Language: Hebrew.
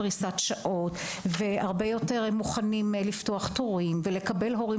אנחנו מוכנים לפתוח תורים ולקבל הורים